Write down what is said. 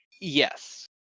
Yes